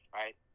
right